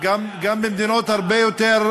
גם במדינות הרבה יותר,